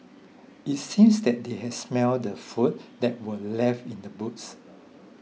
it seems that they had smelt the food that were left in the boots